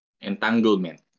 Entanglement